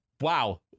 Wow